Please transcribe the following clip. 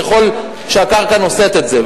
ככל שקרקע נושאת את זה.